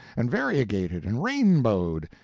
and variegated, and rainbowed,